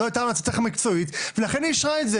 זו הייתה המלצתך המקצועית ולכן היא אישרה את זה.